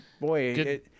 boy